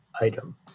item